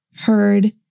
heard